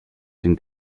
dem